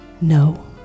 No